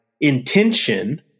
intention